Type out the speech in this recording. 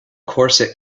corset